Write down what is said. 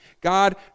God